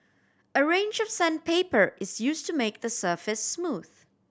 a range of sandpaper is used to make the surface smooth